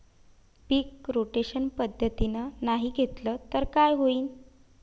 पीक rotation पद्धतीनं नाही घेतलं तर काय होईन?